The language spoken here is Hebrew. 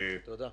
תודה.